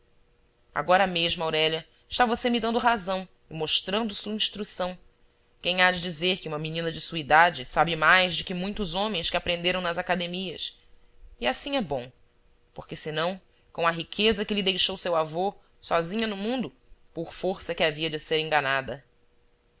agora mesmo aurélia está você me dando razão e mostrando sua instrução quem há de dizer que uma menina de sua idade sabe mais de que muitos homens que aprenderam nas academias e assim é bom porque senão com a riqueza que lhe deixou seu avô sozinha no mundo por força que havia de ser enganada